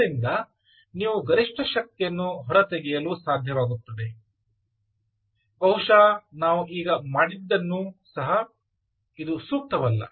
ಆದ್ದರಿಂದ ನೀವು ಗರಿಷ್ಠ ಶಕ್ತಿಯನ್ನು ಹೊರತೆಗೆಯಲು ಸಾಧ್ಯವಾಗುತ್ತದೆ ಬಹುಶಃ ನಾವು ಈಗ ಮಾಡಿದ್ದನ್ನು ಸಹ ಇದು ಸೂಕ್ತವಲ್ಲ